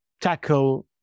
tackle